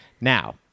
Now